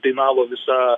dainavo visa